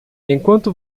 enquanto